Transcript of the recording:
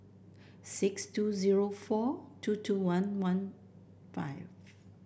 six two zero four two two one one five